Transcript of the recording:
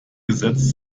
gesetz